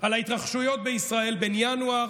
על ההתרחשויות בישראל בין ינואר